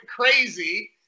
crazy